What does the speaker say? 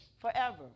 forever